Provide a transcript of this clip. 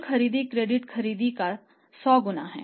कुल खरीद क्रेडिट खरीद का 100 गुना है